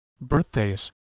birthdays